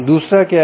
दूसरा क्या है